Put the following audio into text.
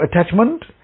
attachment